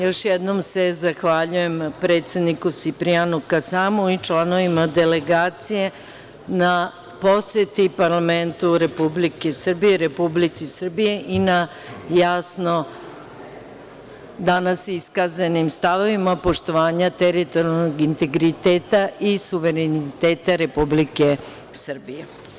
Još jednom se zahvaljujem predsedniku Siprianu Kasamu i članovima delegacije na poseti parlamentu Republike Srbije, Republici Srbiji i na jasno danas iskazanim stavovima poštovanja teritorijalnog integriteta i suvereniteta Republike Srbije.